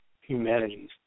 humanities